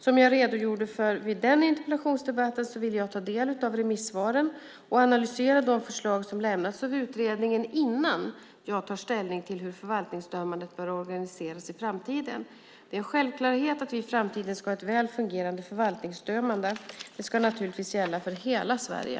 Som jag redogjorde för vid den interpellationsdebatten vill jag ta del av remissvaren och analysera de förslag som lämnats av utredningen innan jag tar ställning till hur förvaltningsdömandet bör organiseras i framtiden. Det är en självklarhet att vi i framtiden ska ha ett väl fungerande förvaltningsdömande. Detta ska naturligtvis gälla för hela Sverige.